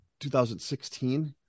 2016